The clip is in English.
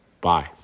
Bye